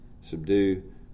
subdue